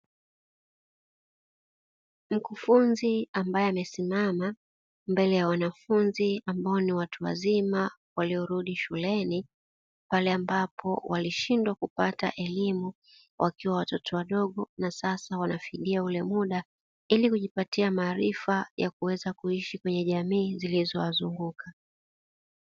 Mkufunzi ambaye amesimama mbele ya wanafunzi; ambao ni watu wazima waliyorudi shuleni, pale ambapo walishindwa kupata elimu wakiwa watoto wadogo na sasa wanafidia ule muda, ili kujipatia maarifa ya kuweza kuishi kwenye jamii zilizowazunguka.